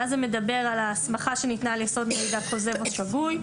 ואז זה מדבר על ההסמכה שניתנה על יסוד מידע כוזב או שגוי,